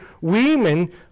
women